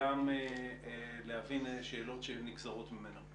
וגם להבין שאלות שנגזרות ממנו.